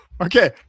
Okay